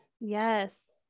Yes